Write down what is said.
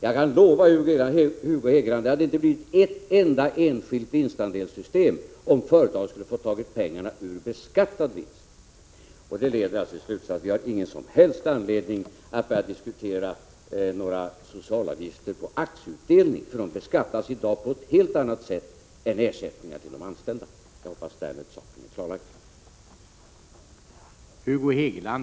Jag kan lova Hugo Hegeland att det inte hade blivit ett enda enskilt vinstandelssystem, om företaget skulle ha fått ta pengarna ur beskattad vinst. Det leder alltså till slutsatsen att vi inte har någon som helst anledning att börja diskutera socialavgifter på aktieutdelningen, för den beskattas i dag på ett helt annat sätt än ersättningar till de anställda. Jag hoppas att saken därmed är klarlagd.